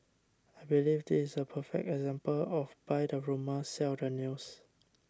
I believe this is a perfect example of buy the rumour sell the news